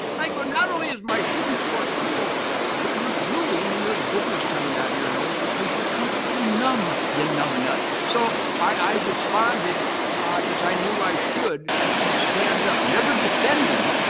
i go, not only is my shooting sports cool but you're drooling and there's boogers coming out of your nose because you're comfortably numb you numb nut. so i responded as i knew i should to stand up, never defending,